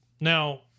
Now